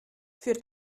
für